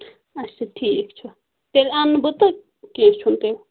اچھا ٹھیٖک چھُ تیٚلہِ انہٕ بہٕ تہٕ کینہہ چھُنہٕ تیٚلہِ